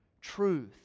Truth